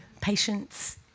patience